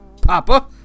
Papa